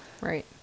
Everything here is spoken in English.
Right